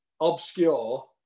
obscure